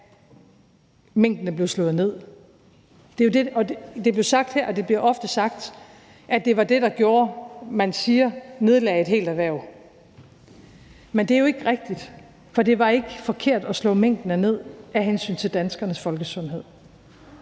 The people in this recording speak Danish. minkene blev slået ned. Det blev sagt her, og det bliver ofte sagt, at det var det, der, siger man, nedlagde et helt erhverv. Men det er jo ikke rigtigt. For det var ikke forkert at slå minkene ned af hensyn til danskernes folkesundhed.